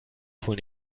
kohl